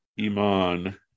iman